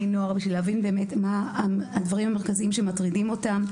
נוער בשביל להבין מה הדברים המרכזיים שמטרידים אותם.